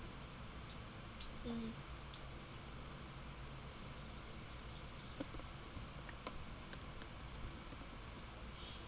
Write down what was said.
mmhmm